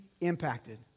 impacted